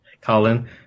Colin